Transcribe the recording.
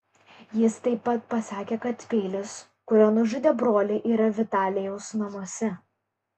jis taip pat pasakė kad peilis kuriuo nužudė brolį yra vitalijaus namuose